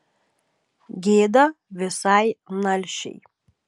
gėda visai nalšiai